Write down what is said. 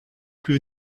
plus